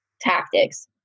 tactics